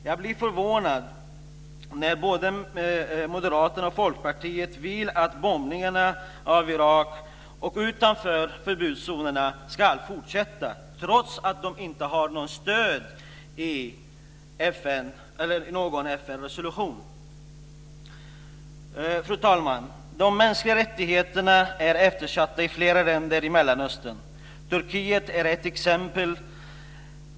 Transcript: Jag blir förvånad när både Moderaterna och Folkpartiet vill att bombningarna av Irak utanför förbudszonerna ska fortsätta, trots att de inte har stöd i någon Fru talman! De mänskliga rättigheterna är eftersatta i flera länder i Mellanöstern. Turkiet är ett exempel.